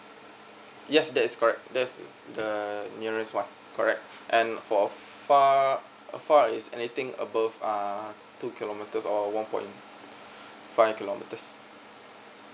yes that's correct there's the nearest one correct and for a far far is anything above uh two kilometres or one point five kilometres